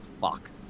fuck